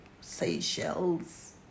Seychelles